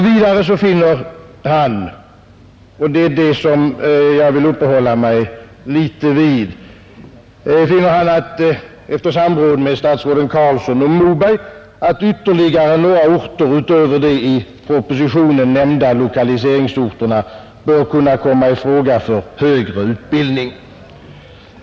Vidare finner herr Sträng — och det är det som jag något vill uppehålla mig vid — efter samråd med statsråden Carlsson och Moberg att ytterligare några orter utöver de i propositionen nämnda lokaliseringsorterna bör kunna komma i fråga för högre utbildning.